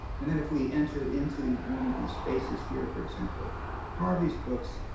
and then if we enter into one of these spaces here, for example harvey's books,